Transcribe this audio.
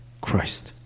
Christ